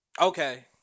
Okay